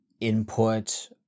input